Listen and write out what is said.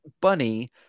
bunny